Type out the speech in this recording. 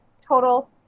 total